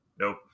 Nope